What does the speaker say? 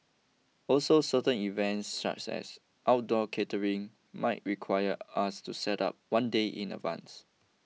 also certain events such as outdoor catering might require us to set up one day in advance